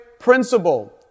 Principle